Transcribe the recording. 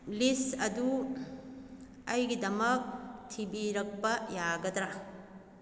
ꯂꯤꯁ ꯑꯗꯨ ꯑꯩꯒꯤꯗꯃꯛ ꯊꯤꯕꯤꯔꯛꯄ ꯌꯥꯒꯗ꯭ꯔꯥ